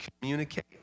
communicate